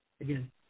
Again